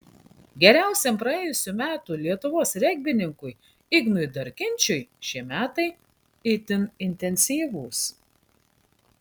geriausiam praėjusių metų lietuvos regbininkui ignui darkinčiui šie metai itin intensyvūs